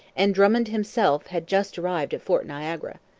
and drummond himself had just arrived at fort niagara.